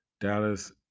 Dallas